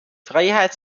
freiheit